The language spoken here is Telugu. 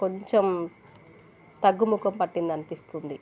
కొంచెం తగ్గుముఖం పట్టిందనిపిస్తుంది